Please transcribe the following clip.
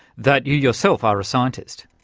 that you yourself are a scientist?